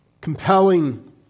compelling